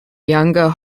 younger